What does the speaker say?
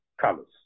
colors